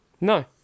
No